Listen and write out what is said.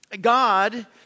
God